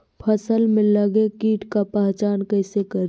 फ़सल में लगे किट का पहचान कैसे करे?